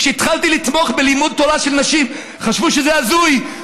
כשהתחלתי לתמוך בלימוד תורה של נשים חשבו שזה הזוי,